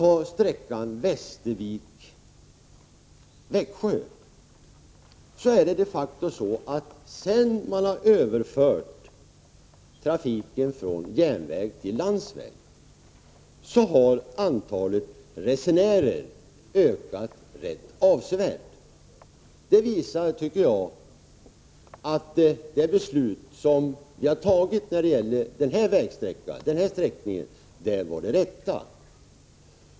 På sträckan Västervik-Växjö har de facto antalet resenärer ökat rätt avsevärt sedan trafiken överfördes från järnväg till landsväg. Det visar, tycker jag, att det beslut som vi har fattat när det gäller den här sträckningen var det rätta.